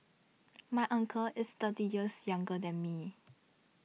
my uncle is thirty years younger than me